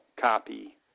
copy